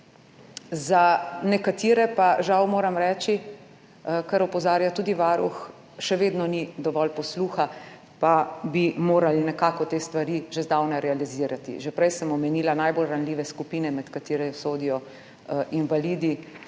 za nekatere pa moram žal reči, kar opozarja tudi Varuh, še vedno ni dovolj posluha, pa bi morali nekako te stvari že zdavnaj realizirati. Že prej sem omenila najbolj ranljive skupine, med katere sodijo invalidi,